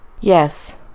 Yes